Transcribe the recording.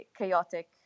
chaotic